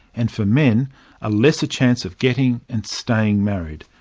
and for men a lesser chance of getting and staying married.